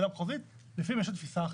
לוועדה מחוזית יש לפעמים תפיסה אחרת,